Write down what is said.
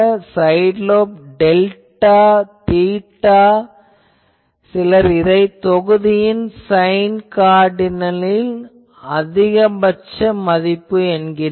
side lobe delta theta சிலர் இதனை தொகுதியின் சைன் கார்டினலின் அதிகபட்ச மதிப்பு என்கின்றனர்